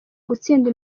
gutsinda